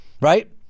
right